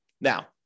Now